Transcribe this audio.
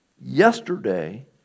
Yesterday